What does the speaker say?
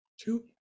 Two